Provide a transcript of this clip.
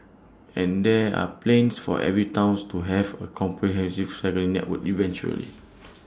and there are plans for every towns to have A comprehensive cycling network eventually